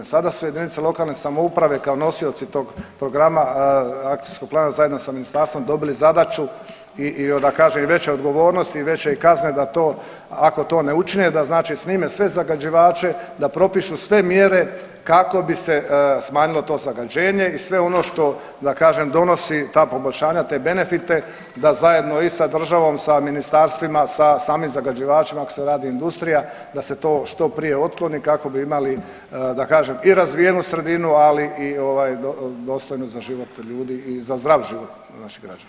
Sada su jedinice lokalne samouprave kao nosioci tog programa, akcijskog plana zajedno sa ministarstvom dobili zadaću i evo da kažem i veće odgovornosti i veće kazne da to, ako to ne učine da znači snime sve zagađivače, da propišu sve mjere kako bi se smanjilo to zagađenje i sve ono što da kažem donosi ta poboljšanja te benefite da zajedno i sa državom, sa ministarstvima, sa samim zagađivačima ako se radi industrija, da se to što prije otkloni kako bi imali da kažem i razvijenu sredinu, ali i ovaj dostojnu za život ljudi i za zdrav život naših građana.